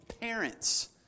parents